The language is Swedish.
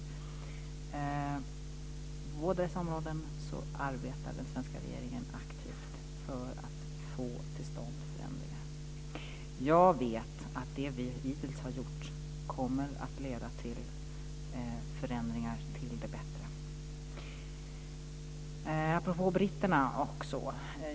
På båda dessa områden arbetar den svenska regeringen aktivt för att få till stånd förändringar. Jag vet att det vi hittills har gjort kommer att leda till förändringar till det bättre. Margit Gennser nämnde britterna.